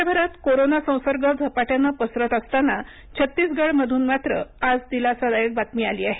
देशभरात कोरोना संसर्ग झपाट्यानं पसरत असताना छत्तीसगड मधून मात्र आज दिलासादायक बातमी आली आहे